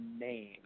name